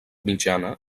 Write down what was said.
mitjana